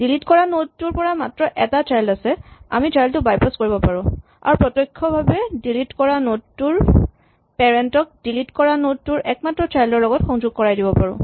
delete কৰা node টোৰ মাত্ৰ এটা চাইল্ড আছে আমি চাইল্ড টো বাইপাচ কৰিব পাৰো আৰু প্ৰত্যক্ষভাৱে ডিলিট কৰা নড টোৰ পেৰেন্ট ক ডিলিট কৰা নড টোৰ একমাত্ৰ চাইল্ড ৰ লগত সংযোগ কৰাই দিব পাৰো